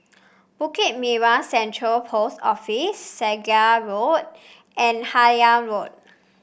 Bukit Merah Central Post Office Segar Road and Harlyn Road